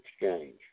exchange